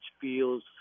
feels